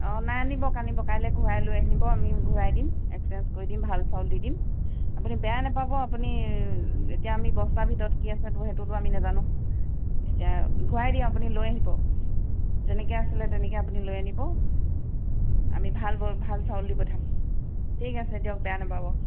অ' নাই আনিব আনিব কাইলৈ ঘূৰাই লৈ আহিব আমি ঘূৰাই দিম একচেঞ্জ কৰি দিম ভাল চাউল দি দিম আপুনি বেয়া নাপাব আপুনি এতিয়া আমি বস্তা ভিতৰত কি আছে সেইটোটো আমি নাজানোঁ এতিয়া ঘূৰাই দিম আপুনি লৈ আহিব যেনেকৈ আছিলে তেনেকৈ আপুনি লৈ আনিব আমি ভাল ব ভাল চাউল দি পঠাম ঠিক আছে দিয়ক বেয়া নাপাব